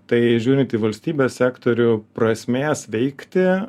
tai žiūrint į valstybės sektorių prasmės veikti